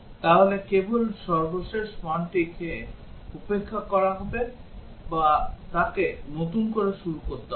তাহলে কেবলমাত্র সর্বশেষ মানটিকে উপেক্ষা করা হবে বা তাকে নতুন করে শুরু করতে হবে